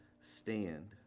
stand